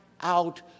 out